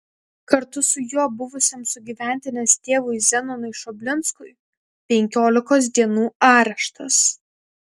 kartu su juo buvusiam sugyventinės tėvui zenonui šoblinskui penkiolikos dienų areštas